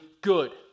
good